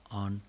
on